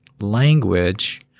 language